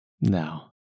Now